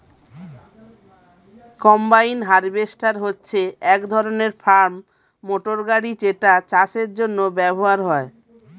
combine harvester হচ্ছে এক ধরণের ফার্ম মোটর গাড়ি যেটা চাষের জন্য ব্যবহার হয়